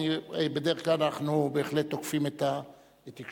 בדרך כלל אנחנו בהחלט תוקפים את התקשורת,